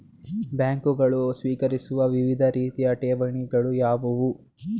ಬ್ಯಾಂಕುಗಳು ಸ್ವೀಕರಿಸುವ ವಿವಿಧ ರೀತಿಯ ಠೇವಣಿಗಳು ಯಾವುವು?